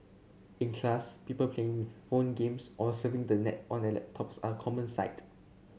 in class people playing with phone games or surfing the net on their laptops are a common sight